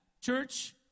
Church